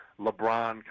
LeBron